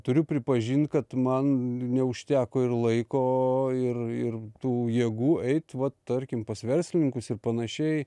turiu pripažint kad man neužteko ir laiko ir ir tų jėgų eit va tarkim pas verslininkus ir panašiai